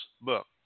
book